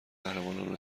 قهرمانان